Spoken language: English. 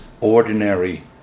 ordinary